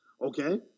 Okay